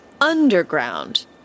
Underground